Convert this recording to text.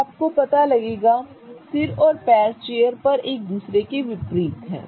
तो आपको पता लगेगा कि सिर और पैर चेयर पर एक दूसरे के विपरीत हैं